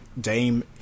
Dame